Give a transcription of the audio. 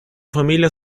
familia